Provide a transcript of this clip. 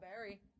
berry